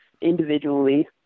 individually